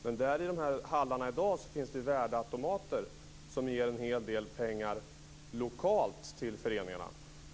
Men i dessa hallar finns det i dag värdeautomater som ger en hel del pengar lokalt till föreningarna.